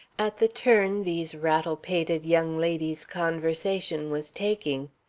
at the turn these rattle-pated young ladies' conversation was taking.